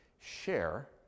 share